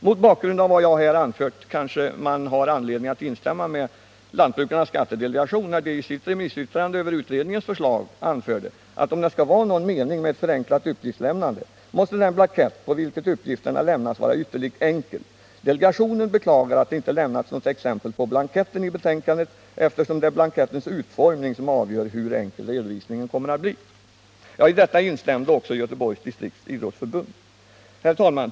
Mot bakgrund av vad jag här anfört kanske man har anledning att instämma med Lantbrukarnas skattedelegation, som i sitt remissyttrande över utredningens förslag anförde att om det skall vara någon mening med ett förenklat uppgiftslämnande måste den blankett på vilken uppgifterna lämnas vara ytterligt enkel. Delegationen beklagade att det inte lämnats något exempel på blanketten i betänkandet, eftersom det är blankettens utformning som avgör hur enkel redovisningen kommer att bli. I detta instämde också Göteborgs distrikts idrottsförbund. Herr talman!